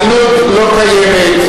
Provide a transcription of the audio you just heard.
הגינות לא קיימת,